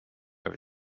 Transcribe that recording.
over